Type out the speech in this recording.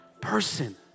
person